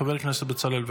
חבר הכנסת בצלאל,